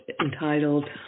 entitled